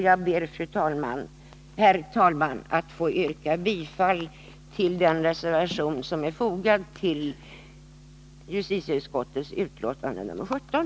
Jag ber, herr talman, att få yrka bifall till den reservation som är fogad till justitieutskottets betänkande nr 17.